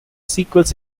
sequels